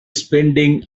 spending